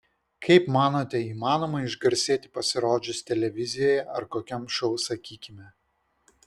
kaip manote įmanoma išgarsėti pasirodžius televizijoje ar kokiam šou sakykime